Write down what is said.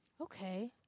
Okay